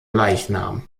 leichnam